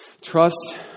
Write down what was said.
Trust